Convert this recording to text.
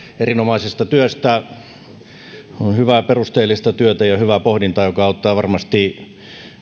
erinomaisesta työstä on hyvää perusteellista työtä ja hyvää pohdintaa joka auttaa varmasti